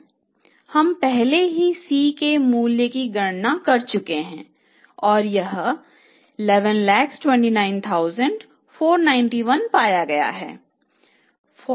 हम पहले ही C के मूल्य की गणना कर चुके हैं और यह 1129491 पाया गया